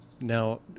Now